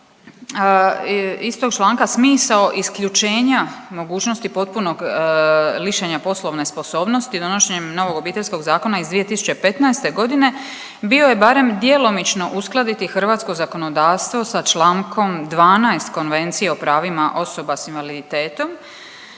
istog članka smisao isključenja mogućnosti potpunog lišenja poslovne sposobnosti donošenjem novog Obiteljskog zakona iz 2015. godine bio je barem djelomično uskladiti hrvatsko zakonodavstvo sa člankom 12. Konvencije o pravima osoba sa invaliditetom.